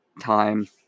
time